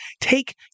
take